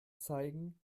zeigen